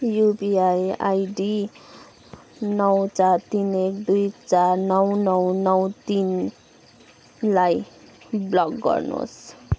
UPI ID नौ चार तिन एक दुई चार नौ नौ नौ तिनलाई ब्लक गर्नुहोस्